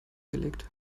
gelegt